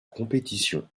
compétition